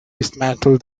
dismantled